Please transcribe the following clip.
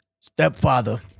Stepfather